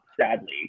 sadly